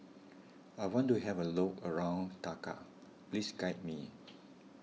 I want to have a look around Dakar Please guide me